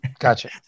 Gotcha